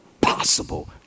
possible